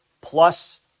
plus